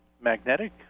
magnetic